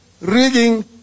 rigging